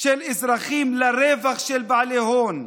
של אזרחים לרווח של בעלי הון,